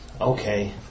okay